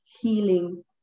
healing